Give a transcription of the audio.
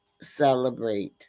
celebrate